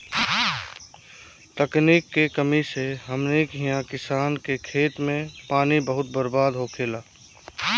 तकनीक के कमी से हमनी किहा किसान के खेत मे पानी बहुत बर्बाद होखेला